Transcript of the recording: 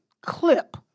clip